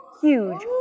huge